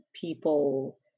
people